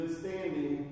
standing